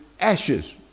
ashes